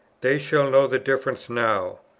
they shall know the difference now.